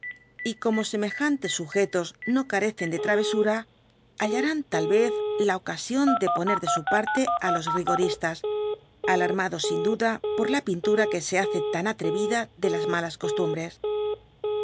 y como semejantes sujetos no carecen de travesura hallarán tal vez la ocasión de poner de su parte á los rigoristas alarmados sin duda por ja pintura que se hace tan atrevida de las malas costumbres